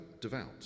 devout